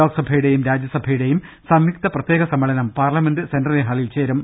ലോക്സഭയുടേയും രാജ്യസഭയുടേയും സംയുക്ത പ്രത്യേക സമ്മേളനം പാർലമെന്റ് സെന്റിനറി ഹാളിൽ ചേരും